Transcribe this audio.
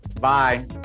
Bye